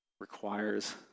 requires